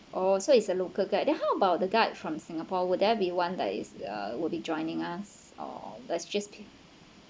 oh so it's a local guide then how about the guide from singapore would there be one that is uh will be joining us or like just